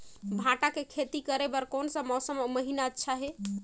भांटा के खेती करे बार कोन सा मौसम अउ महीना अच्छा हे?